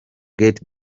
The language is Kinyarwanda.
get